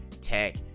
tech